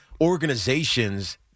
organizations